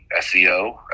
SEO